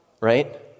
right